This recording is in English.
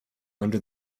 under